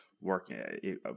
working